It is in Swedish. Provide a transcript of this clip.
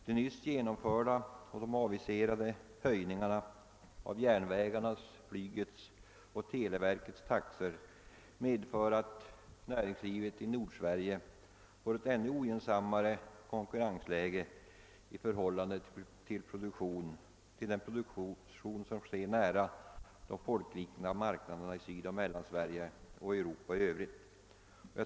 De nyss genomförda och de aviserade höjningarna av järnvägarnas, flygets och televerkets taxor medför att näringslivet i Nordsverige får ett ännu ogynnsammare konkurrensläge i förhållande till den produktion som sker nära de folkrika marknaderna i Sydoch Mellansverige och i Europa i övrigt.